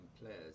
players